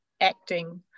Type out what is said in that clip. acting